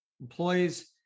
employees